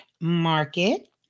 market